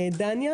דניה